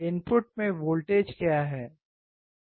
input में voltage क्या है